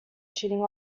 cheating